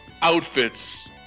outfits